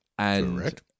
Correct